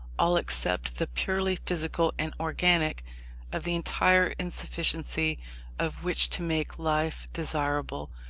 all except the purely physical and organic of the entire insufficiency of which to make life desirable,